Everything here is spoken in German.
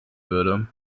würde